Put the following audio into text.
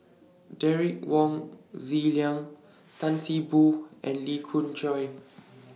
Derek Wong Zi Liang Tan See Boo and Lee Khoon Choy